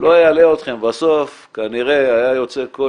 זה היה גם שנת שמיטה, אז הוא אמר לו שהם בשמיטה.